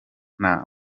nta